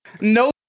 No